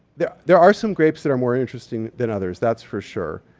there there are some grapes that are more interesting than others. that's for sure.